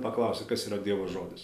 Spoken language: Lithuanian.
paklausi kas yra dievo žodis